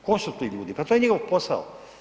Tko su ti ljudi, pa to je njihov posao?